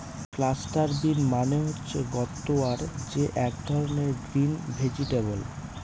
cluster bean মানে হচ্ছে গুয়ার যে এক ধরনের গ্রিন ভেজিটেবল